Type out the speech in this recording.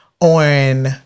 on